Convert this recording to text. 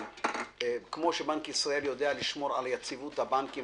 כפי שבנק ישראל יודע לשמור על יציבות הבנקים